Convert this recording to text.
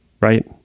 right